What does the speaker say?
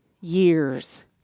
years